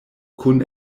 kun